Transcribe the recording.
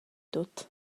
tut